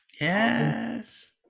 Yes